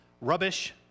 rubbish